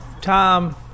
Tom